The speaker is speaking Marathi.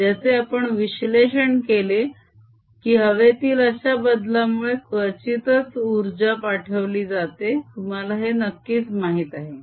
ज्याचे आपण विश्लेषण केले की हवेतील अश्या बदलामध्ये क्वचितच उर्जा पाठवली जाते तुम्हाला हे नक्कीच माहित आहे